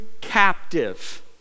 captive